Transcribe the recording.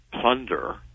plunder